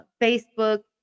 Facebook